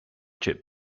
chip